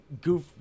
goof